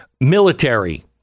Military